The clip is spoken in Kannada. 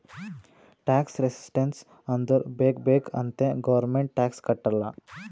ಟ್ಯಾಕ್ಸ್ ರೆಸಿಸ್ಟೆನ್ಸ್ ಅಂದುರ್ ಬೇಕ್ ಬೇಕ್ ಅಂತೆ ಗೌರ್ಮೆಂಟ್ಗ್ ಟ್ಯಾಕ್ಸ್ ಕಟ್ಟಲ್ಲ